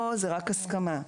פה זה רק הסכמה.